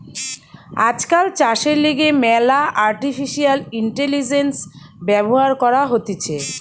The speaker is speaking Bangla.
আজকাল চাষের লিগে ম্যালা আর্টিফিশিয়াল ইন্টেলিজেন্স ব্যবহার করা হতিছে